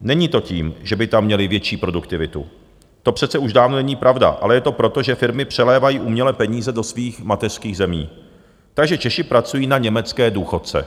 Není to tím, že by tam měli větší produktivitu, to přece už dávno není pravda, ale je to proto, že firmy přelévají uměle peníze do svých mateřských zemí, takže Češi pracují na německé důchodce.